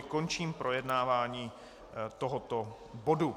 Končím projednávání tohoto bodu.